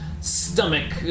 stomach